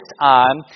on